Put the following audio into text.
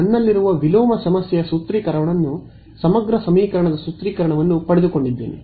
ನನ್ನಲ್ಲಿರುವ ವಿಲೋಮ ಸಮಸ್ಯೆಯ ಸೂತ್ರೀಕರಣವನ್ನು ಸಮಗ್ರ ಸಮೀಕರಣದ ಸೂತ್ರೀಕರಣ ದಿಂದ ಪಡೆದುಕೊಂಡಿದ್ದೇನೆ